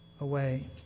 away